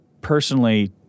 personally